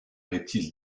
reptile